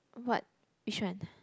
what which one